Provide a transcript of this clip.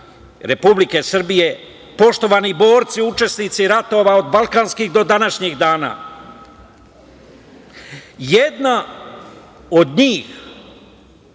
Republike Srbije, poštovani borci učesnici ratova od balkanskih do današnjih dana? Jedna od njih